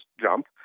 jump